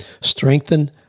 strengthen